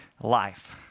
life